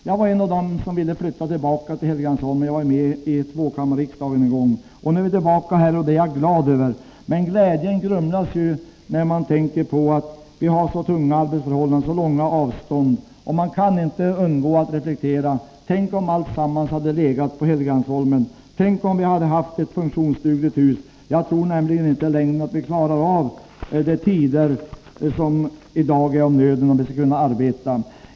Jag var en av dem som ville flytta tillbaka till Helgeandsholmen. Jag var med i tvåkammarriksdagen en gång. Nu är vi tillbaka här, och det är jag glad över. Men glädjen grumlas när man tänker på att vi har så svåra arbetsförhållanden och så långa avstånd. Man kan inte undgå att reflektera över hur det skulle ha varit om alltsammans legat samlat på Helgeandsholmen. Tänk om vi hade haft ett funktionsdugligt hus där? Jag tror nämligen inte längre att vi kan passa alla tider, vilket är av nöden om vi skall kunna arbeta effektivt.